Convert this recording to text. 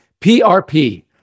PRP